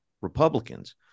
Republicans